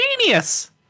genius